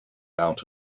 out